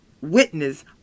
witness